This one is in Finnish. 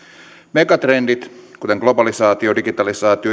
megatrendit kuten globalisaatio digitalisaatio